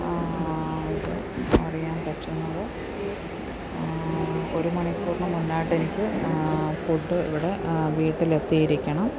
അറിയാൻ പറ്റുന്നത് ഒരു മണിക്കൂറിന് മുമ്പായിട്ട് എനിക്ക് ഫുഡ് ഇവിടെ വീട്ടിലെത്തിയിരിക്കണം